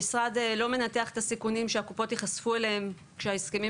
המשרד לא מנתח את הסיכונים שהקופות ייחשפו אליהם כשההסכמים